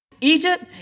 Egypt